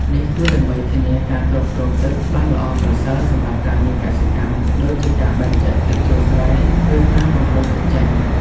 នេះគឺដើម្បីធានាការគ្រប់គ្រងទឹកបានល្អប្រសើរសម្រាប់ការងារកសិកម្ម ដូចជាការបែងចែកទឹកចូលស្រែ ឬការបង្ហូរទឹកចេញ។